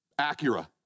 Acura